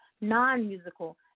non-musical